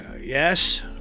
yes